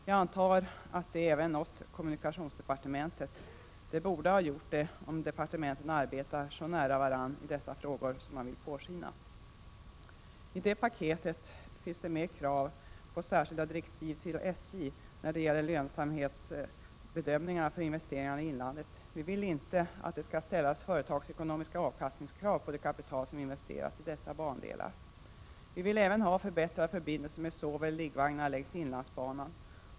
Jag antar att det även nått kommunikationsdepartementet; det borde ha gjort det om departementen arbetar så nära varandra i dessa frågor som man vill påskina. I detta paket finns det med krav på särskilda direktiv till SJ när det gäller lönsamhetsbedömningarna för investeringar i inlandet. Vi vill inte att det skall ställas företagsekonomiska avkastningskrav på det kapital som investeras i dessa bandelar. Vi vill även ha förbättrade förbindelser med soveller liggvagnar längs inlandsbanan.